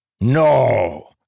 No